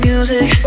Music